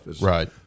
Right